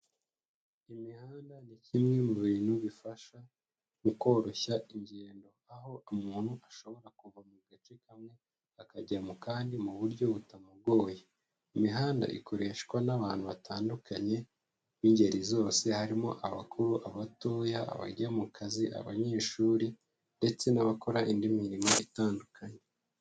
Imihanda ni kimwe mu bintu bifasha mu koroshya ingendo, aho umuntu ashobora kuva mu gace kamwe akajya mu kandi mu buryo butamugoye. Imihanda ikoreshwa n'abantu batandukanye b'ingeri zose harimo abakuru, abatoya, abajya mu kazi, abanyeshuri ndetse n'abakora indi mirimo itandukanye.